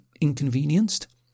inconvenienced